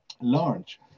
large